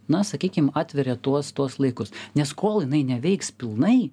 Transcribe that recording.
na sakykim atveria tuos tuos laikus nes kol jinai neveiks pilnai